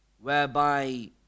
whereby